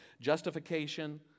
Justification